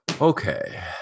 Okay